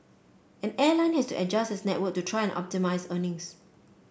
an airline has to adjust its network to try and optimise earnings